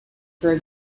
for